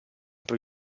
per